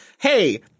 Hey